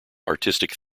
artistic